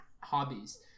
hobbies